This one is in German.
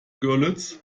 görlitz